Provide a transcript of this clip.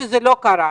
שזה לא קרה.